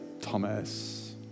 Thomas